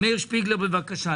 מאיר שפיגלר, בבקשה.